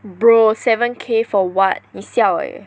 bro seven K for what 你 siao eh